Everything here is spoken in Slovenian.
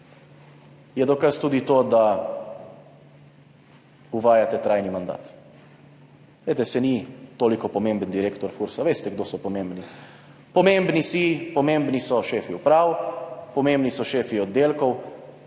je dokaz tudi to, da uvajate trajni mandat. Glejte, saj ni toliko pomemben direktor Fursa. Veste, kdo so pomembni? Pomembni so šefi uprav, pomembni so šefi oddelkov,